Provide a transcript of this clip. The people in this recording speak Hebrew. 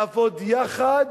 לעבוד יחד